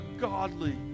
godly